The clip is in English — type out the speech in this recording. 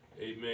amen